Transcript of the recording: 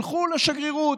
ילכו לשגרירות.